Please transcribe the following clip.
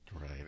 Right